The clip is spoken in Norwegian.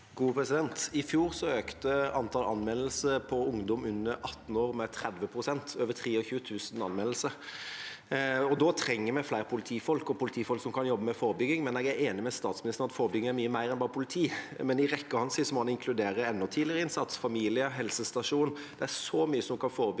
I fjor økte an- tallet anmeldelser av ungdom under 18 år med 30 pst. Det var over 23 000 anmeldelser. Da trenger vi flere politifolk og politifolk som kan jobbe med forebygging. Jeg er enig med statsministeren i at forebygging gjelder mye mer enn bare politiet, men i rekken må han inkludere enda tidligere innsats: familie, helsestasjon, barnevern osv. Det er så mye som kan forebygges.